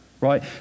right